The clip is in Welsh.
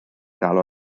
galw